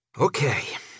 Okay